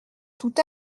tout